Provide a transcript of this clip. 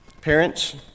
Parents